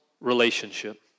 relationship